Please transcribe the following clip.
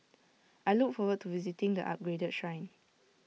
I look forward to visiting the upgraded Shrine